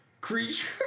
Creature